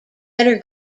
better